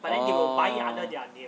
oh